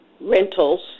rentals